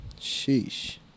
Sheesh